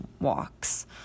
walks